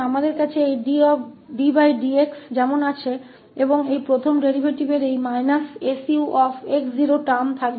तो हमारे पास यह ddx जैसा है और इस पहले डेरीवेटिव में यह −𝑠𝑢𝑥 0 शब्द होगा